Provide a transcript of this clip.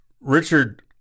Richard